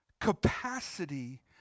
capacity